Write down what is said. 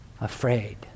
afraid